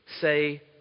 say